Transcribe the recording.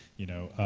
you know.